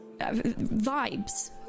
Vibes